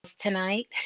tonight